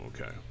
okay